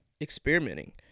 experimenting